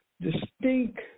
distinct